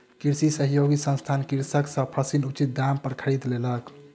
कृषि सहयोगी संस्थान कृषक सॅ फसील उचित दाम पर खरीद लेलक